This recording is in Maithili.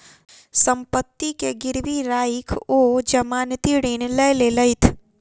सम्पत्ति के गिरवी राइख ओ जमानती ऋण लय लेलैथ